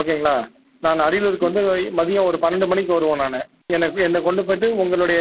ஓகேங்களா நான் அரியலூருக்கு வந்து மதியம் ஒரு பன்னெண்டு மணிக்கு வருவேன் நான் எனக்கு என்னை கொண்டு போய்விட்டு உங்களுடைய